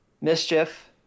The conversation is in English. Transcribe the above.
Mischief